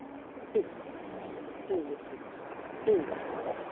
ठीक ठीक है ठीक ठीक है ठीक